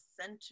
center